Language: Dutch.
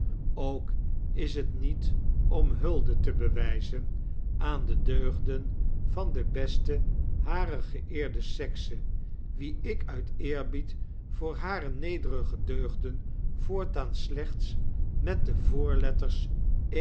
ook is het niet om hulde te bewyzen aan de deugden van de beste barer geeerde sekse wie ik uit eerbied voor hare nederige deugden voortaan slechts met de voorletters